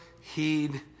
heed